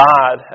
God